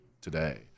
today